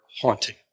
haunting